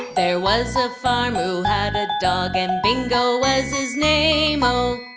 there was a farmer who had a dog and bingo was his name-o